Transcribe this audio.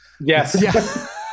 Yes